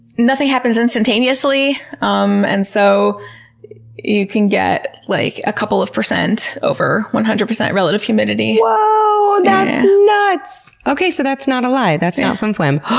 nothing happens instantaneously, um and so you can get, like, a couple of percent over one hundred percent relative humidity. wow! that's nuts. okay, so that's not a lie. that's not flimflam.